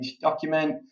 document